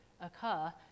occur